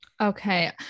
Okay